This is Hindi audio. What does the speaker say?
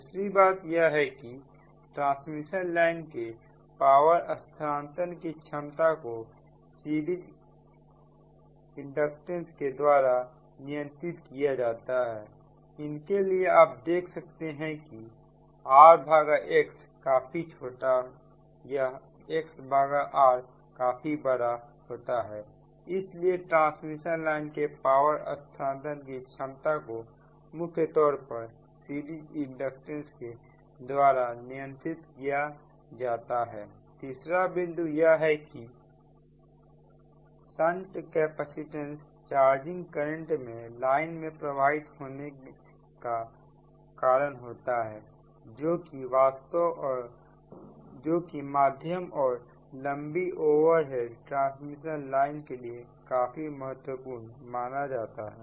दूसरी बात यह है कि ट्रांसमिशन लाइन के पावर स्थानांतरण की क्षमता को सीरीज इंडक्टेंस के द्वारा नियंत्रित किया जाता है इनके लिए आप देख सकते हो कि rx काफी छोटी या x r काफी बड़ी होती है इसलिए ट्रांसमिशन लाइन के पावर स्थानांतरण की क्षमता को मुख्य तौर पर सीरीज इंडक्टेंस के द्वारा नियंत्रित किया जाता है तीसरा बिंदु यह है कि संट कैपेसिटेंस चार्जिंग करंट के लाइन में प्रवाहित होने का कारण होता है जो कि मध्यम और लंबी ओवरहेड ट्रांसमिशन लाइन के लिए काफी महत्वपूर्ण माना जाता है